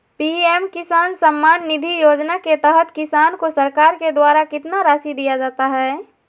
PM किसान सम्मान निधि योजना के तहत किसान को सरकार के द्वारा कितना रासि दिया जाता है?